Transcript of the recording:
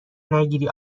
نگیری